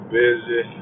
busy